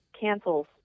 cancels